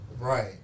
Right